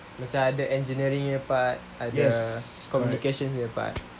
macam ada engineering punya part ada communications punya part